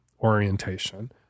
orientation